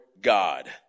God